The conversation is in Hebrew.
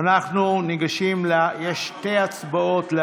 יש שתי הצבעות.